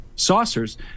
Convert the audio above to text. saucers